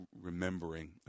remembering